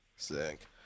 Sick